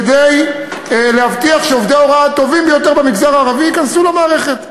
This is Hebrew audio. כדי להבטיח שעובדי ההוראה הטובים ביותר במגזר הערבי ייכנסו למערכת.